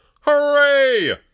Hooray